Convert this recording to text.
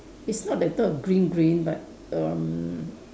it's not the type of green green but erm